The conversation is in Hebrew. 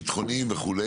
ביטחוניים וכו'.